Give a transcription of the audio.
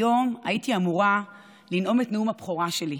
היום הייתי אמורה לנאום את נאום הבכורה שלי,